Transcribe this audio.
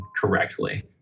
correctly